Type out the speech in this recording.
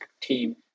team